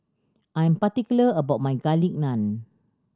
I am particular about my Garlic Naan